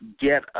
get